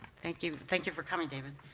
thank you thank you for coming, david.